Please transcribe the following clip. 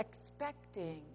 expecting